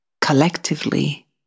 collectively